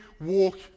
walk